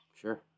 Sure